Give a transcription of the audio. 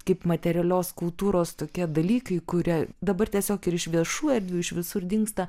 kaip materialios kultūros tokie dalykai kurie dabar tiesiog ir iš viešų erdvių iš visur dingsta